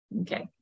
Okay